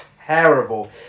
terrible